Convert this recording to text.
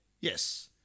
Yes